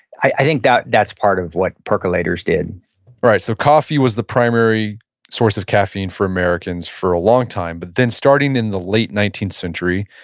i think that's that's part of what percolators did right. so coffee was the primary source of caffeine for americans for a long time, but then starting in the late nineteenth century,